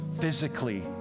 physically